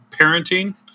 parenting